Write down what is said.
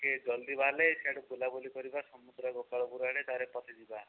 ଟିକିଏ ଜଲ୍ଦି ବାହାରିଲେ ସିଆଡ଼େ ବୁଲାବୁଲି କରିବା ସମୁଦ୍ର ଗୋପାଳପୁର ଆଡ଼େ ତାପରେ ପଛେ ଯିବା